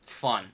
fun